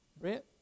Brent